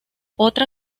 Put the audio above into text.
otra